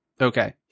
Okay